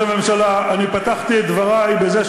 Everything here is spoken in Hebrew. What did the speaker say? אתה לא תגיד לי מה לעשות.